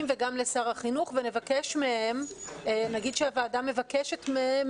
וגם לשר החינוך ונגיד שהוועדה דורשת מהם